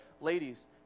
ladies